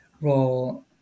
role